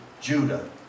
Judah